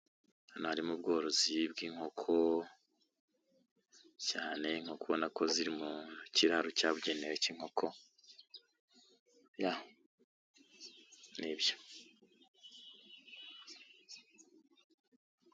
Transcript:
Nari mu bworozi bw'inkoko cyane, inkoko ubona ko ziri mu kiraro cyabugenewe k'inkoko, ya, ni ibyo.